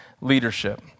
leadership